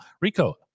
Rico